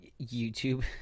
YouTube